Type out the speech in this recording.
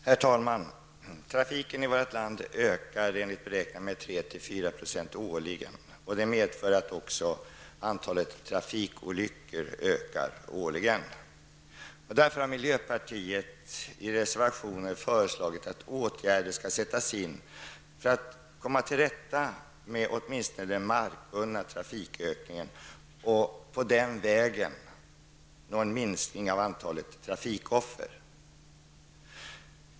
Herr talman! Trafiken i vårt land ökar enligt beräkningar med 3--4 % årligen. Det medför också att antalet trafikolyckor ökar. Därför har miljöpartiet i reservationer föreslagit att åtgärder skall sättas in för att komma till rätta med åtminstone ökningen av den markbundna trafiken och på den vägen nå en minskning av antalet trafikoffer.